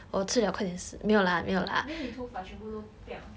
then 你头发全部都掉